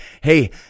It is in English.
hey